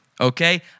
okay